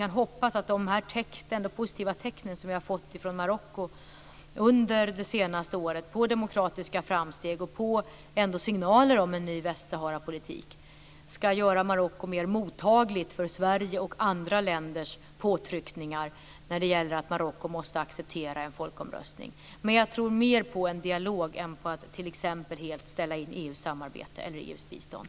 Vi hoppas att de positiva tecken som vi har fått från Marocko under det senaste året, på demokratiska framsteg och på en ny Västsaharapolitik, ska göra Marocko mer mottagligt för Sveriges och andra länders påtryckningar när det gäller att Marocko måste acceptera en folkomröstning. Jag tror mer på en dialog än på att t.ex. helt ställa in EU:s samarbete eller EU:s bistånd.